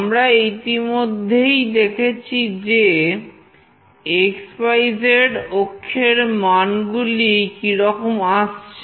আমরা ইতিমধ্যেই দেখেছি যে xyz অক্ষের মান গুলি কিরকম আসছে